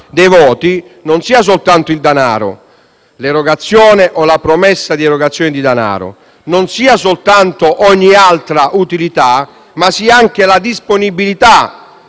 dei voti non sia soltanto l'erogazione o la promessa di erogazione di danaro o di ogni altra utilità, ma anche la disponibilità